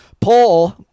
Paul